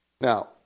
Now